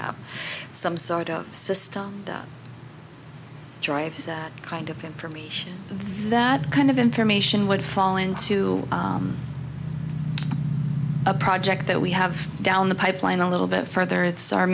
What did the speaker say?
have some sort of system that drives that kind of information that kind of information would fall into a project that we have down the pipeline a little bit further it's our